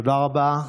תודה רבה.